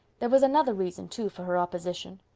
there was another reason too for her opposition.